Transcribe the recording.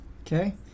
okay